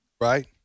Right